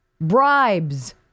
Bribes